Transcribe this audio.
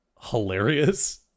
hilarious